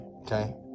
Okay